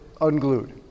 unglued